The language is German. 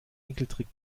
enkeltrick